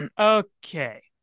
Okay